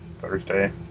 Thursday